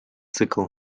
цикл